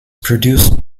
produced